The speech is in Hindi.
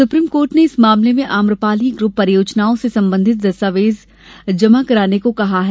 सुप्रीम कोर्ट ने इस मामले में आम्रपाली ग्रुप परियोजनाओं से संबंधित दस्तावेज जमा कराने को कहा था